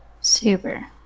Super